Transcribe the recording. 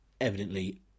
evidently